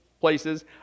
places